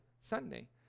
Sunday